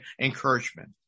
encouragement